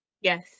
Yes